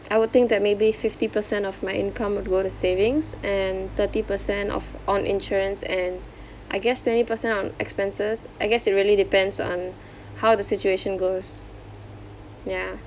I would think that maybe fifty percent of my income will go to savings and thirty percent of on insurance and I guess twenty percent on expenses I guess it really depends on how the situation goes ya